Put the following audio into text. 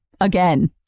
again